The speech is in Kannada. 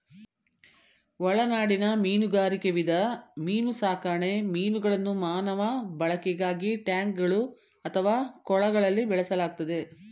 ಒಳನಾಡಿನ ಮೀನುಗಾರಿಕೆ ವಿಧ ಮೀನುಸಾಕಣೆ ಮೀನುಗಳನ್ನು ಮಾನವ ಬಳಕೆಗಾಗಿ ಟ್ಯಾಂಕ್ಗಳು ಅಥವಾ ಕೊಳಗಳಲ್ಲಿ ಬೆಳೆಸಲಾಗ್ತದೆ